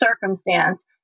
circumstance